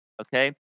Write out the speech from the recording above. okay